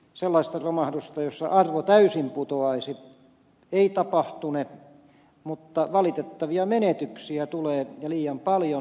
sellaista romahdusta jossa arvo täysin putoaisi ei tapahtune mutta valitettavia menetyksiä tulee ja liian paljon